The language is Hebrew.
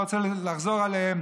אני לא רוצה לחזור עליהם,